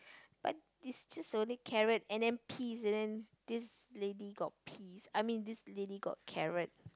but it's just only carrot and then peas and then this lady got peas I mean this lady got carrot